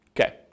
Okay